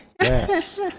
yes